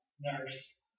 nurse